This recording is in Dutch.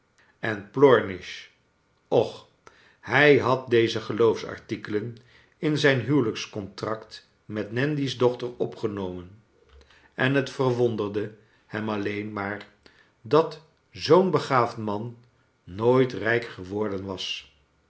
en plornish och hrj had deze geloofsartikelen in zijn huwelijkscontract met nandy's dochter opgenomen en het verwonderde hem alleen maar dat zoo'n begaafd man nooit rijk geworden was